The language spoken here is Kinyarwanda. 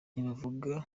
ntibavuga